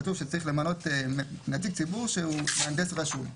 כתוב שצריך למנות נציג ציבור שהוא מהנדס רשום.